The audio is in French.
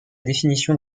définition